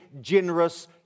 generous